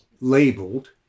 labeled